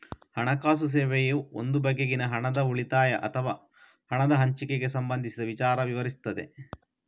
ಹಣಕಾಸು ಸೇವೆಯು ಒಂದು ಬಗೆನಲ್ಲಿ ಹಣದ ಉಳಿತಾಯ ಅಥವಾ ಹಣದ ಹಂಚಿಕೆಗೆ ಸಂಬಂಧಿಸಿದ ವಿಚಾರ ವಿವರಿಸ್ತದೆ